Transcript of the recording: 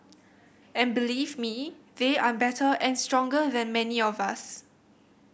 and believe me they are better and stronger than many of us